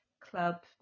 club